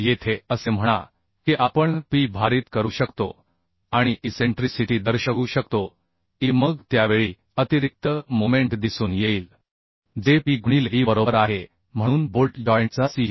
येथे असे म्हणा की आपण P भारित करू शकतो आणि इसेंट्रीसिटी दर्शवू शकतो e मग त्यावेळी अतिरिक्त मोमेंट दिसून येईल जे P गुणिले e बरोबर आहे म्हणून बोल्ट जॉइंटचा cg